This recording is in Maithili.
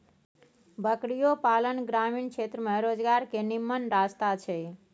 बकरियो पालन ग्रामीण क्षेत्र में रोजगार के निम्मन रस्ता छइ